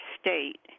state